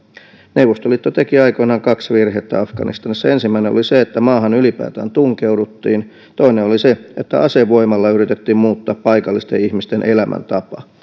neuvostoliitto teki aikoinaan kaksi virhettä afganistanissa ensimmäinen oli se että maahan ylipäätään tunkeuduttiin toinen oli se että asevoimalla yritettiin muuttaa paikallisten ihmisten elämäntapaa